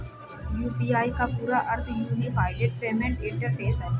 UPI का पूरा अर्थ यूनिफाइड पेमेंट इंटरफ़ेस है